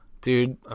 dude